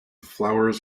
flowers